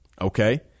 Okay